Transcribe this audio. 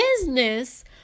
business